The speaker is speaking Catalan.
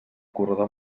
corredor